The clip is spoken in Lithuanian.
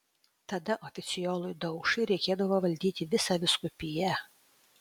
tada oficiolui daukšai reikėdavo valdyti visą vyskupiją